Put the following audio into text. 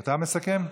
אתה המסכם?